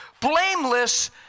blameless